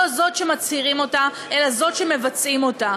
לא זו שמצהירים אותה אלא זו שמבצעים אותה.